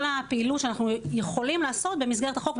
הפעילות שאנחנו יכולים לעשות במסגרת החוק.